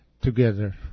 together